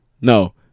No